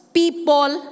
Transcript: people